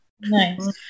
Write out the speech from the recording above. Nice